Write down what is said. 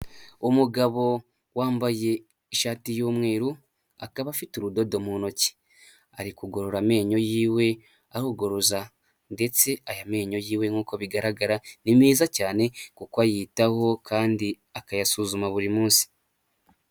Umugabo wambaye ishati y'umweru, akaba afite urudodo mu ntoki. Ari kugorora amenyo y'iwe arugoroza. Ndetse aya menyo y'iwe nk'uko bigaragara ni meza cyane, kuko ayitaho kandi akayasuzuma buri munsi.